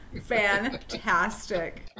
fantastic